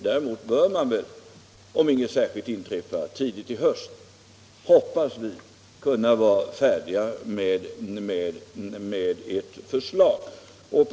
Däremot hoppas vi att, om inget särskilt inträffar, vi skall kunna vara färdiga med ett förslag tidigt under hösten.